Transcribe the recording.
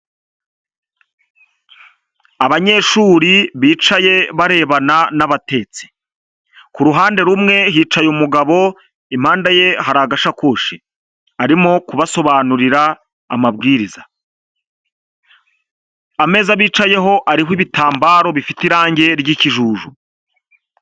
Abanyeshuri bicaye barebana n'abatetsi, ku ruhande rumwe hicaye umugabo impande ye hari agashakoshi, arimo kubasobanurira abwiriza, ameza bicayeho ariho ibitambaro bifite irangi ry'ikijuju.